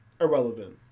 irrelevant